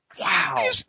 Wow